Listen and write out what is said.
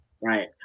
right